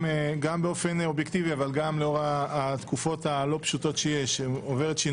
גם באופן אובייקטיבי אבל גם לאור התקופות הלא פשוטות שיש עוברת.